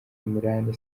imran